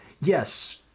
Yes